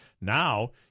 Now